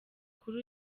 kuri